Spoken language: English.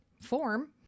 form